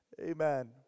Amen